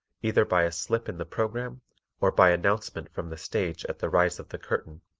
either by a slip in the program or by announcement from the stage at the rise of the curtain,